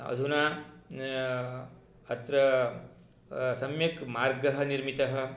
अधुना अत्र सम्यक् मार्गः निर्मितः